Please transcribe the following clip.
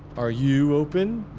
are you open?